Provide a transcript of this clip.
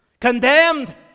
Condemned